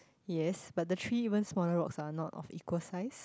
yes but the three even smaller rocks are not of equal size